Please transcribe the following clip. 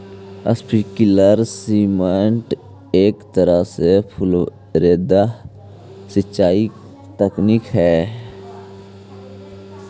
sprinkler system एक तरह के फुहारेदार सिंचाई तकनीक हइ